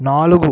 నాలుగు